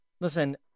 listen